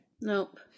nope